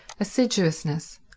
assiduousness